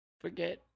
forget